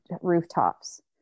rooftops